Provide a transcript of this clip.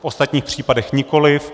V ostatních případech nikoliv.